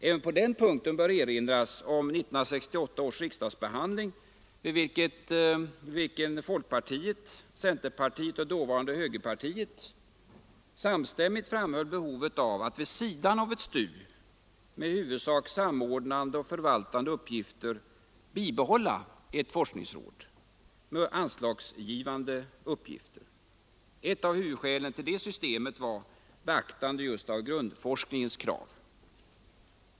Även på denna punkt bör erinras om 1968 års riksdagsbehandling, vid vilken folkpartiet, centerpartiet och dåvarande högerpartiet samstämmigt framhöll behovet av att vid sidan av STU med i huvudsak samordnande och förvaltande uppgifter bibehålla ett forskningsråd med anslagsgivande uppgifter. Ett av huvudskälen till detta system var just beaktandet av grundforskningens krav.